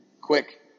quick